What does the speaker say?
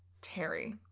Terry